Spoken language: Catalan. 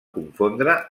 confondre